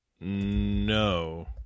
No